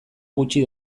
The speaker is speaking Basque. gutxi